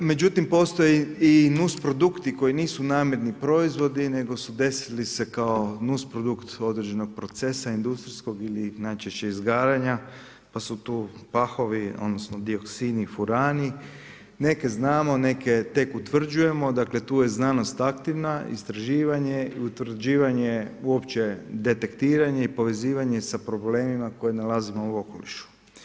Međutim postoji i nusprodukti koji nisu namjerni proizvodi nego su desili se kao nusprodukt određenog procesa industrijskog ili najčešće izgaranja pasu tu pahovi odnosno dioksini i furan, neke znamo, neke tek utvrđujemo, dakle tu je znanost aktivna, istraživanje i utvrđivanje uopće detektiranje i povezivanje sa problemima koje nalazimo u okolišu.